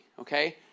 okay